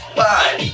five